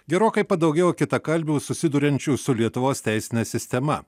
gerokai padaugėjo kitakalbių susiduriančių su lietuvos teisine sistema